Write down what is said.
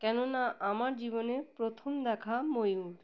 কেননা আমার জীবনে প্রথম দেখা ময়ূর